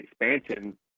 expansion